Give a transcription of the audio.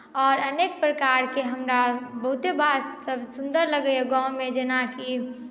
आओर अनेक प्रकारके हमरा बहुते बातसभ सुन्दर लगैए गाँवमे जेनाकि